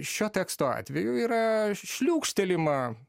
šio teksto atveju yra šliūkštelima